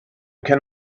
can